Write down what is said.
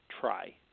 try